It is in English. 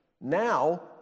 now